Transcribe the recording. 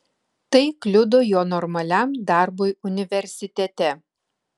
tai kliudo jo normaliam darbui universitete